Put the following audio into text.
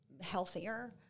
Healthier